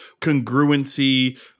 congruency